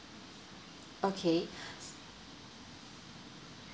okay